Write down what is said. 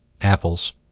apples